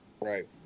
Right